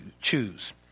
choose